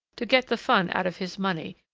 to get the fun out of his money,